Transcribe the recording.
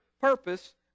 purpose